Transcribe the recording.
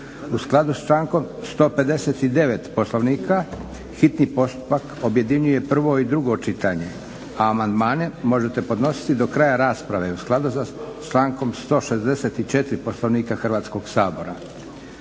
U skladu s člankom 159. Poslovnika hitni postupak objedinjuje prvo i drugo čitanje, a amandmane možete podnositi do kraja rasprave u skladu sa člankom 164. Poslovnika Hrvatskog sabora.